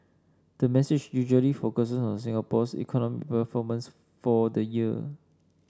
the message usually focuses on Singapore's economic performance for the year